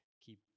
keep